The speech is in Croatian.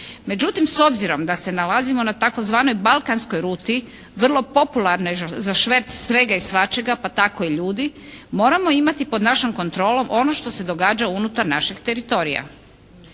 Međutim, s obzirom da se nalazimo na tzv. balkanskoj ruti vrlo popularne za svega i svačega pa tako i ljudi moramo imati pod našom kontrolom ono što se događa unutar našeg teritorija.